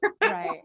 Right